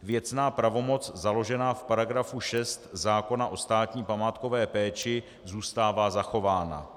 Věcná pravomoc založená v § 6 zákona o státní památkové péči zůstává zachována.